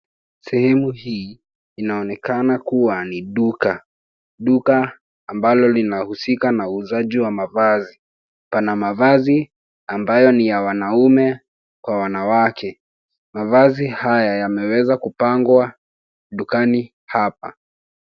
Sehemu hii inaonekana kuwa ni duka. Duka ambalo linahusika na uuzaji wa mavazi. Pana mavazi ambayo ni ya wanaume kwa wanawake. Mavazi haya yameweza kupangwa dukani hapa.